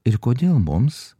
ir kodėl mums